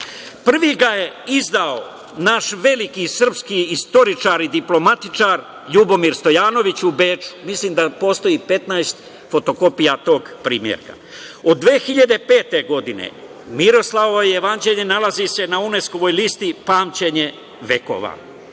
ga je izdao naš veliki srpski istoričar i diplomatičar Ljubomir Stojanović u Beču. Mislim da postoji 15 fotokopija tog primerka. Od 2005. godine Miroslavljevo jevanđelje nalazi se na UNESKO listi „Pamćenje vekova“.U